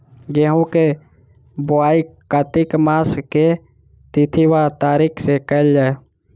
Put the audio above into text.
गेंहूँ केँ बोवाई कातिक मास केँ के तिथि वा तारीक सँ कैल जाए?